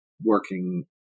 working